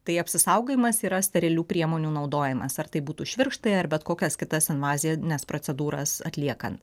tai apsisaugojimas yra sterilių priemonių naudojimas ar tai būtų švirkštai ar bet kokias kitas invazines procedūras atliekant